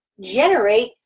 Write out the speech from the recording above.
generate